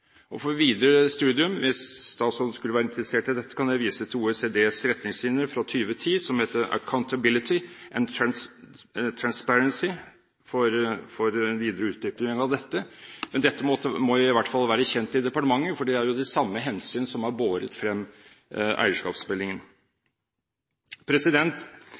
Og for videre studium, hvis statsråden skulle være interessert i dette, kan jeg vise til OECDs retningslinjer fra 2010 som heter Accountability and Transparency, for videre utdypning av dette. Men dette må i hvert fall være kjent i departementet, for det er de samme hensyn som har båret frem